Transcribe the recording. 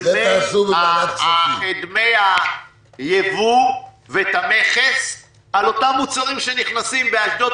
את דמי היבוא ואת המכס על אותם מוצרים שנכנסים באשדוד,